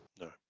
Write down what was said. No